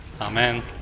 Amen